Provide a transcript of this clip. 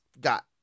Got